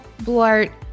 Blart